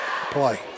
play